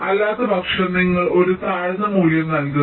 അല്ലാത്തപക്ഷം നിങ്ങൾ ഒരു താഴ്ന്ന മൂല്യം നൽകുന്നു